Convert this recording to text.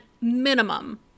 minimum